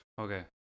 okay